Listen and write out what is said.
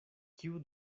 kiu